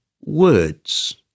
Words